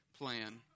Plan